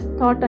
thought